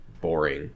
boring